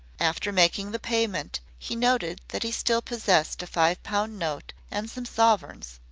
after making the payment he noted that he still possessed a five-pound note and some sovereigns.